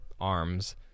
arms